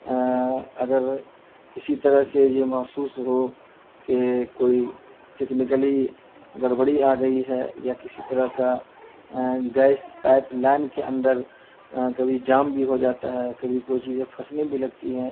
اگر کسی طرح سے یہ محسوس ہو کہ کوئی ٹیکنیکلی گڑبڑی آ گئی ہے یا کسی طرح کا گیس پائپ لائن کے اندر کبھی جام بھی ہو جاتا ہے کبھی کوئی چیزیں پھسنے بھی لگتی ہیں